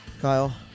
Kyle